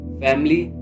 family